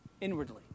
inwardly